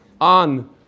on